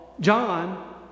John